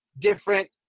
different